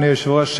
אדוני היושב-ראש,